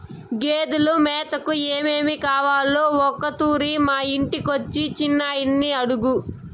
గేదెలు మేతకు ఏమేమి కావాలో ఒకతూరి మా ఇంటికొచ్చి చిన్నయని అడుగు